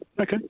Okay